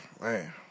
Man